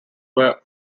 were